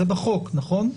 זה בחוק, נכון?